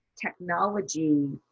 technology